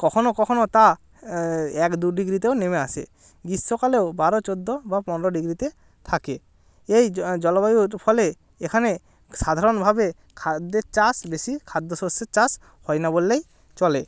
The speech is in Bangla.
কখনও কখনও তা এক দু ডিগ্রিতেও নেমে আসে গ্রীষ্মকালেও বারো চোদ্দো বা পনেরো ডিগ্রিতে থাকে এই জলবায়ুর ফলে এখানে সাধারণভাবে খাদ্যের চাষ বেশি খাদ্য শস্যের চাষ হয় না বললেই চলে